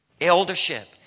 Eldership